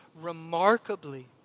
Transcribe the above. remarkably